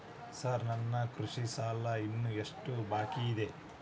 Sir ನನ್ನ ಕೃಷಿ ಸಾಲ ಇನ್ನು ಎಷ್ಟು ಬಾಕಿಯಿದೆ?